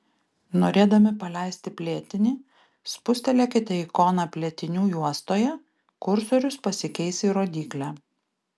norėdami paleisti plėtinį spustelėkite ikoną plėtinių juostoje kursorius pasikeis į rodyklę